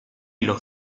los